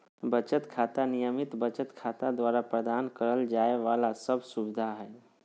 बचत खाता, नियमित बचत खाता द्वारा प्रदान करल जाइ वाला सब सुविधा हइ